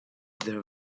their